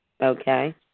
Okay